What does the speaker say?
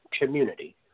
community